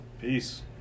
Peace